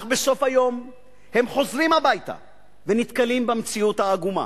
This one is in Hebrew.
אך בסוף היום הם חוזרים הביתה ונתקלים במציאות העגומה.